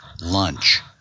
lunch